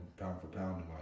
pound-for-pound